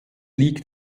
liegt